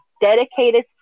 dedicated